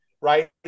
right